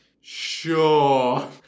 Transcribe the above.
Sure